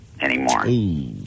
anymore